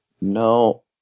no